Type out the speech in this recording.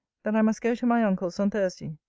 that i must go to my uncle's on thursday.